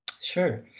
Sure